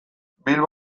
bilbo